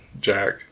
Jack